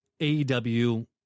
AEW